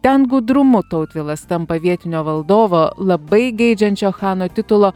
ten gudrumu tautvilas tampa vietinio valdovo labai geidžiančio chano titulo